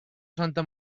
santa